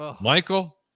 Michael